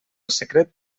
secret